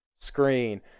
screen